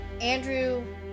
Andrew